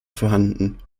vorhanden